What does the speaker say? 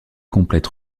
complète